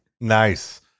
Nice